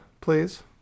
please